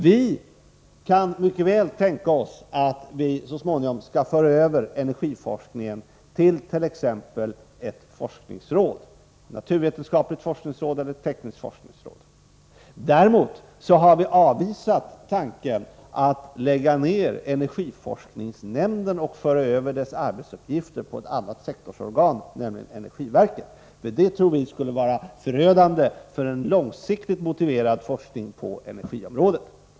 Vi kan mycket väl tänka oss att vi så småningom skall föra över energiforskningen till exempelvis ett naturvetenskapligt eller tekniskt forskningsråd. Däremot har vi avvisat tanken på att lägga ner energiforskningsnämnden och föra över dess arbetsuppgifter på ett annat sektorsorgan, nämligen energiverket. Det tror vi skulle vara förödande för en långsiktigt motiverad forskning på energiområdet.